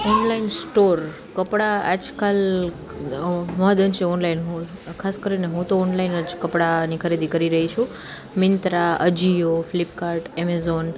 online store કપડાં આજકાલ મહદઅંશે ઓનલાઇન હોય ખાસ કરીને હું તો ઓનલાઇન જ કપડાની ખરીદી કરી રહી છું મીંત્રા અજીઓ ફ્લિપકાર્ટ એમેઝોન